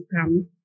come